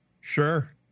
Sure